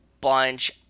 bunch